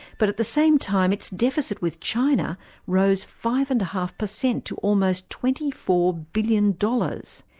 but at the same time its deficit with china rose five and a half per cent to almost twenty four billion dollars.